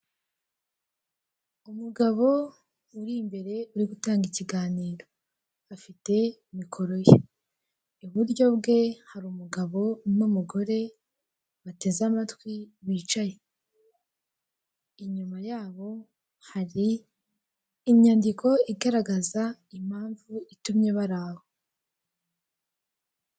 Umugabo uri imbere uri gutanga ikiganiro, afite mikoro ye, iburyo bwe hari umugabo n'umugore bateze amatwi bicaye, inyuma yabo hari inyandiko igaragaza impamvu itumye baraho.